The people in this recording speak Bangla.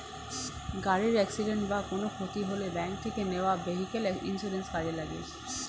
গাড়ির অ্যাকসিডেন্ট বা কোনো ক্ষতি হলে ব্যাংক থেকে নেওয়া ভেহিক্যাল ইন্সুরেন্স কাজে লাগে